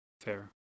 Fair